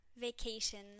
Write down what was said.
vacations